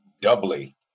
doubly